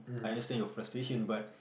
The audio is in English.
I understand your frustration but